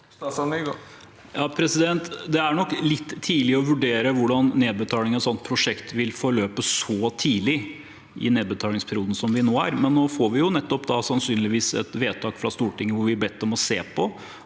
Det er nok litt tidlig å vurdere hvordan nedbetaling av et sånt prosjekt vil forløpe så tidlig i nedbetalingsperioden som vi nå er, men nå får vi sannsynligvis et vedtak fra Stortinget hvor vi blir bedt om å se på